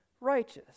righteous